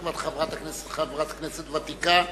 את כבר חברת כנסת ותיקה,